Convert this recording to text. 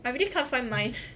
I really can't find mine